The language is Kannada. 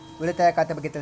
ಉಳಿತಾಯ ಖಾತೆ ಬಗ್ಗೆ ತಿಳಿಸಿ?